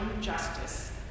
justice